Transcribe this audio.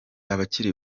abakiri